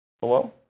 Hello